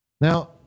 Now